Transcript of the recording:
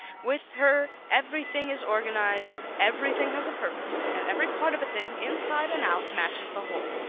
with her everything is organized, everything has a purpose, and every part of a thing, inside and out, matches the whole.